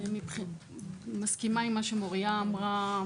אני מסכימה עם מה שמוריה אמרה,